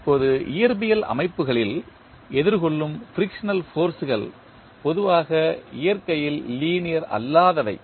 இப்போது இயற்பியல் அமைப்புகளில் எதிர்கொள்ளும் ஃபிரிக்சனல் ஃபோர்ஸ் கள் பொதுவாக இயற்கையில் லீனியர் அல்லாதவை